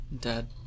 Dad